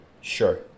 Sure